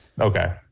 okay